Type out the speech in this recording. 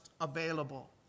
available